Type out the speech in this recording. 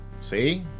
See